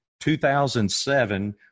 2007